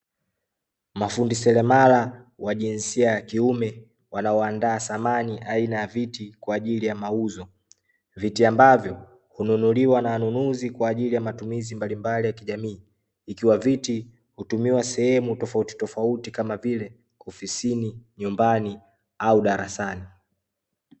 Mafundi seremala wa jinsia ya kiume wanaoandaa samani aina ya viti kwa ajili ya mauzo, viti ambayo hununuliwa na wanunuzi kwa ajili ya matumizi mbalimbali ya kijamii, ikiwa viti hutumiwa sehemu tofautitofauti kama vile ofisini, nyumbani au darasani.